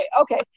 okay